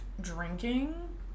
drinking